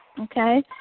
Okay